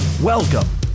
Welcome